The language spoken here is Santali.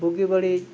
ᱵᱩᱜᱤ ᱵᱟᱹᱲᱤᱡ